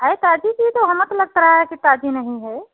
है पार्टी की तो मतलब किराया की पार्टी नहीं है